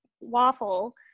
waffle